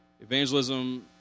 Evangelism